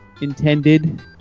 intended